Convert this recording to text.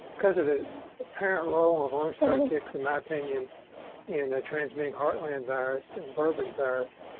because of the apparent role of lone star ticks in my opinion in transmitting heartland virus and bourbon virus,